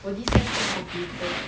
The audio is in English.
for this sem 不用 calculator